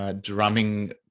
drumming